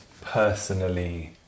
personally